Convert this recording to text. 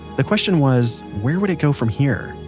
the question was, where would it go from here?